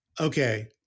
Okay